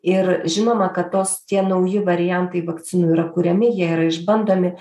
ir žinoma kad tos tie nauji variantai vakcinų yra kuriami jie yra išbandomi